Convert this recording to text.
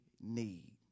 need